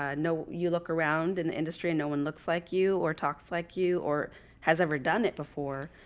ah no, you look around in the industry and no one looks like you or talks like you or has ever done it before.